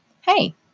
hey